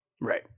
right